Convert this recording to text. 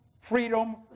freedom